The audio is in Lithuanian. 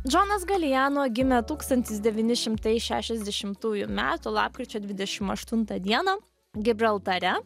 džonas galijano gimė tūkstantis devyni šimtai šešiasdešimtųjų metų lapkričio dvidešim aštuntą dieną gibraltare